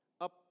up